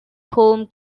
hulme